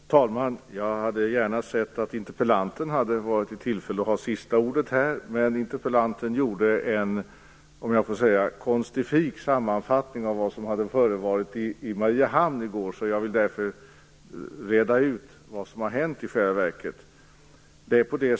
Fru talman! Jag hade gärna sett att interpellanten hade varit i tillfälle att ha sista ordet här. Interpellanten gjorde en något konstifik sammanfattning av vad som har förevarit i Mariehamn i går, så jag vill reda ut vad som i själva verket har hänt.